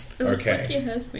Okay